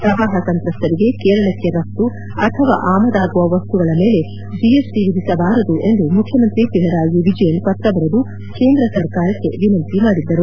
ಪ್ರವಾಹ ಸಂತ್ರಸ್ತರಿಗೆ ಕೇರಳಕ್ಕೆ ರಫ್ತು ಅಥವಾ ಆಮದಾಗುವ ವಸ್ತುಗಳ ಮೇಲೆ ಜಿಎಸ್ಟ ವಿಧಿಸಬಾರದು ಎಂದು ಮುಖ್ಯಮಂತ್ರಿ ಪಿಣರಾಯಿ ವಿಜಯನ್ ಪತ್ರ ಬರೆದು ಕೇಂದ್ರ ಸರಕಾರಕ್ಕೆ ವಿನಂತಿ ಮಾಡಿದ್ದರು